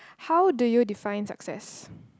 how do you define success